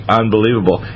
unbelievable